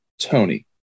Tony